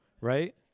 right